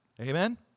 Amen